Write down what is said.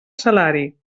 salari